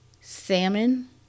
salmon